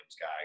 guy